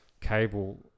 Cable